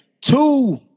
two